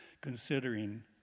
considering